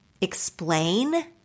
explain